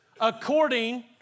according